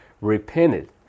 repented